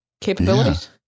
capabilities